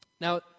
Now